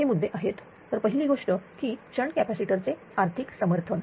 हे मुद्दे आहेत तर पहिली गोष्ट ही की शंट कॅपॅसिटर चे आर्थिक समर्थन